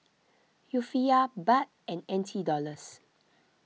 Rufiyaa Baht and N T Dollars